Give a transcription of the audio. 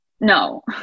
No